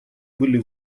были